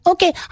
Okay